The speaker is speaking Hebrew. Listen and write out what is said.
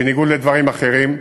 בניגוד לדברים אחרים.